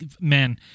man